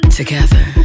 together